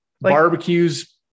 barbecues